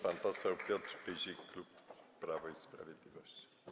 Pan poseł Piotr Pyzik, klub Prawo i Sprawiedliwość.